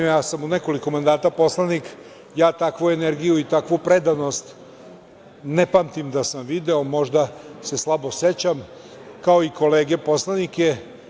Ja sam već nekoliko mandata poslanik, ja takvu energiju i takvu predanost ne pamtim da sam video, možda se slabo sećam, kao i kolege poslanike.